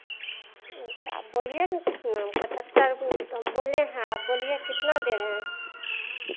तो आप बोलिएगा कितना में पचहत्तर तो हम बोले हैं आप बोलिए कितना दे रहे हैं